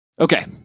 Okay